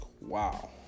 wow